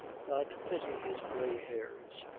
god pity his gray hairs!